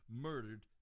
murdered